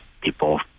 people